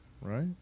right